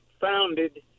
founded